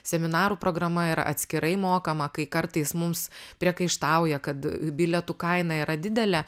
seminarų programa yra atskirai mokama kai kartais mums priekaištauja kad bilietų kaina yra didelė